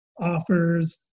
offers